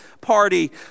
party